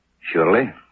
Surely